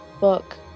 book